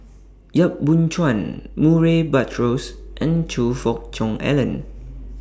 Yap Boon Chuan Murray Buttrose and Choe Fook Cheong Alan